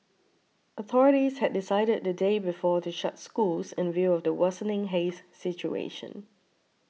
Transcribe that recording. authorities had decided the day before to shut schools in view of the worsening haze situation